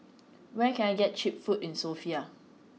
where can I get cheap food in Sofia